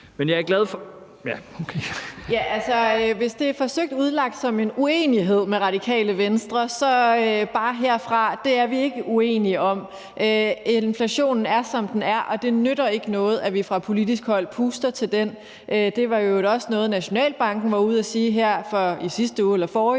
Hvis det er forsøgt udlagt som en uenighed med Radikale Venstre, skal det bare lyde herfra: Det er vi ikke uenige om. Inflationen er, som den er, og det nytter ikke noget, at vi fra politisk hold puster til den. Det var i øvrigt også noget, Nationalbanken var ude at sige her i sidste eller forrige